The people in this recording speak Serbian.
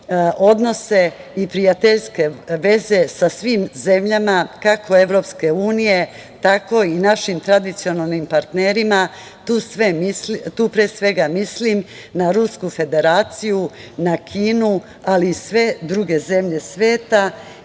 odnose i prijateljske veze sa svim zemljama kako EU, tako i našim tradicionalnim partnerima. Tu pre svega mislim na Rusku Federaciju, na Kinu, ali i sve druge zemlje sveta,